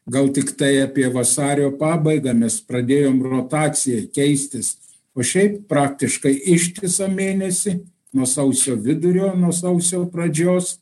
gal tiktai apie vasario pabaigą mes pradėjom rotaciją keistis o šiaip praktiškai ištisą mėnesį nuo sausio vidurio nuo sausio pradžios